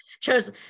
chose